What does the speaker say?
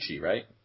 right